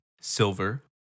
silver